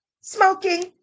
smoking